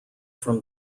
from